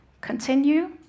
continue